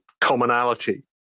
commonality